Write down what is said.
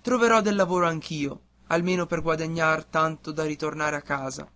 troverò del lavoro anch'io almeno per guadagnar tanto da ritornare a casa